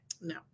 No